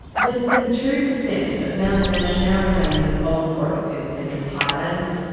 less than two percent of mountain ash now remains as old growth in the central highlands.